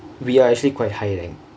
we are actually quite high rank